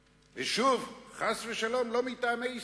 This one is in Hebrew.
ושוב, חס ושלום, לא מטעמי הישרדות,